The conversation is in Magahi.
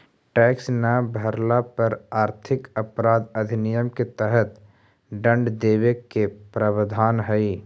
टैक्स न भरला पर आर्थिक अपराध अधिनियम के तहत दंड देवे के प्रावधान हई